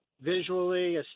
visually